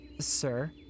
Sir